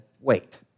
wait